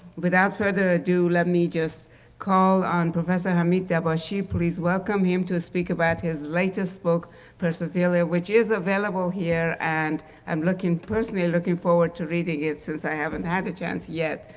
without further ado, let me just call on professor hamid dabashi, please welcome him to speak about his latest book persophilia which is available here, and i'm looking personally, looking forward to reading it, since i haven't had a chance yet.